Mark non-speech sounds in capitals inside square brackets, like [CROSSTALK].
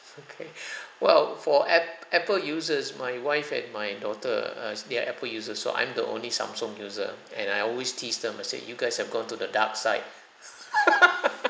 [LAUGHS] okay [BREATH] well for ap~ Apple users my wife and my daughter uh they are Apple users so I'm the only Samsung user and I always tease them I said you guys have gone to the dark side [LAUGHS]